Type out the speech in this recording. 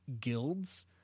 guilds